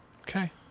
Okay